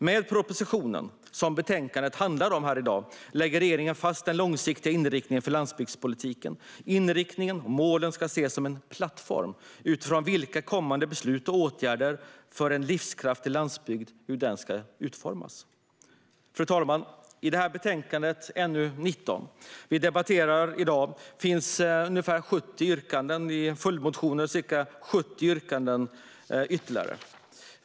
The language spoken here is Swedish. Med den proposition som betänkandet i dag behandlar lägger regeringen fast den långsiktiga inriktningen för landsbygdspolitiken. Inriktningen och målen ska ses som en plattform utifrån vilken kommande beslut och åtgärder för en livskraftig landsbygd ska utformas. Fru talman! I betänkande NU19 som vi i dag debatterar behandlas ungefär 70 yrkanden i följdmotioner och ca 70 ytterligare yrkanden i motioner.